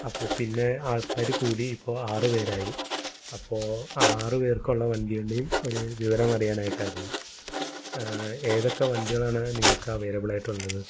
അപ്പോള് പിന്നെ ആൾക്കാര് കൂടി ഇപ്പോള് ആറുപേരായി അപ്പോള് ആറുപേർക്കുള്ള വണ്ടിയുണ്ടെങ്കിൽ ഒരു വിവരം അറിയാനായിട്ടായിരുന്നു ഏതൊക്കെ വണ്ടികളാണ് നിങ്ങൾക്ക് അവൈലബിലായിട്ടുള്ളത്